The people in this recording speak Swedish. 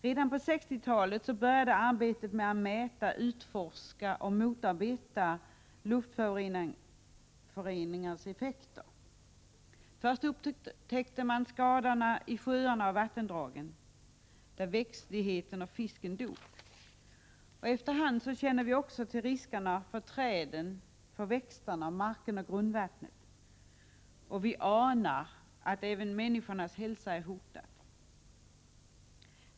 Redan på 1960-talet började arbetet med att mäta, utforska och motarbeta luftföroreningarnas effekter. Först upptäckte man skador i sjöar och vattendrag, där växtlighet och fisk dog. Efter hand känner vi också till riskerna för träden, växterna, marken och grundvattnet. Vi anar att även människans hälsa är hotad.